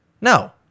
No